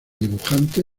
dibujante